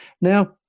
Now